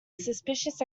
suspicious